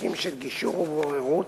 לאפיקים של גישור ובוררות,